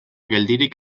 geldirik